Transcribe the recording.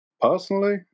Personally